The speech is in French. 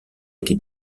été